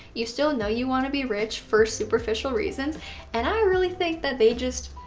you still know you want to be rich for superficial reasons and i really think that they just